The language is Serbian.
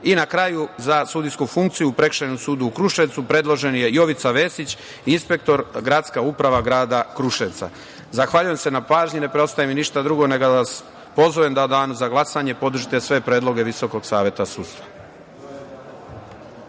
kraju, za sudijsku funkciju u Prekršajnom sudu u Kruševcu, predložen je Jovica Vesić, inspektor, gradska uprava Grada Kruševca. Zahvaljujem se na pažnji. Ne preostaje mi ništa drugo, nego da vas pozovem da u danu za glasanje podržite sve predloge Visokog saveta sudstva.